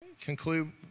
conclude